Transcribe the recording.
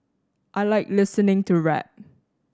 I like listening to rap